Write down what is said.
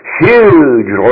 huge